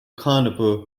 carnivore